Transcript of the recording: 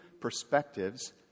perspectives